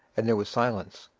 and there was silence,